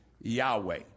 yahweh